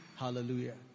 Hallelujah